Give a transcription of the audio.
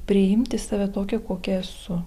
priimti save tokią kokia esu